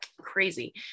crazy